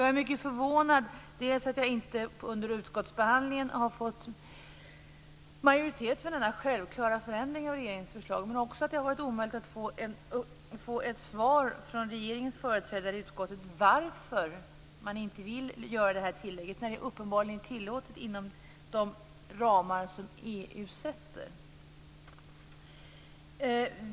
Jag är mycket förvånad dels över att jag under utskottsbehandlingen inte har fått majoritet för denna självklara förändring av regeringens förslag, dels över att det har varit omöjligt att få ett svar från regeringens företrädare i utskottet varför man inte vill göra detta tillägg, när det uppenbarligen är tillåtet inom de ramar som EU sätter.